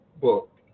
book